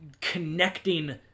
connecting